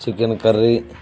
chicken curry